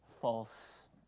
false